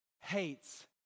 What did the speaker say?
hates